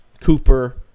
Cooper –